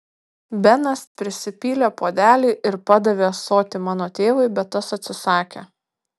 benas prisipylė puodelį ir padavė ąsotį mano tėvui bet tas atsisakė